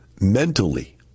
Mentally